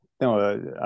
No